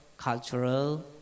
cultural